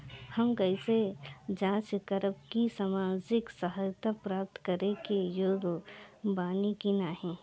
हम कइसे जांच करब कि सामाजिक सहायता प्राप्त करे के योग्य बानी की नाहीं?